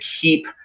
keep